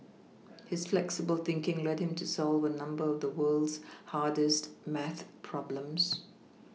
his flexible thinking led him to solve a number of the world's hardest math problems